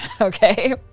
okay